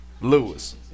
Lewis